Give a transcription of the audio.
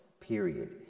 period